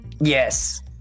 Yes